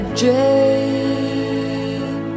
dream